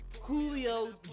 Julio